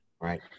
right